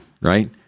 right